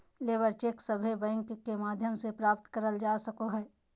labour cheque सभे bank के माध्यम से प्राप्त करल जा सको हय